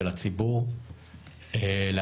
של הציבור להפגין,